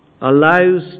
allows